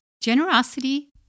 Generosity